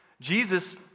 Jesus